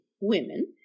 women